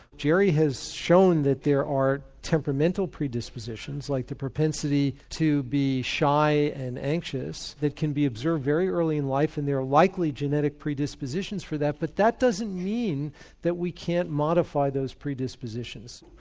jerry has shown that there are temperamental predispositions like the propensity to be shy and anxious that can be observed very early in life and there are likely genetic predispositions for that but that doesn't mean that we can't modify those predispositions.